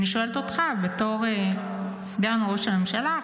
אני שואלת אותך בתור סגן ראש הממשלה,